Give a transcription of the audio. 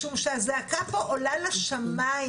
משום שהזעקה פה עולה לשמיים.